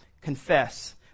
confess